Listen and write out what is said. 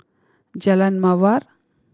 Jalan Mawar